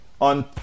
on